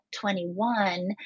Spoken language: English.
21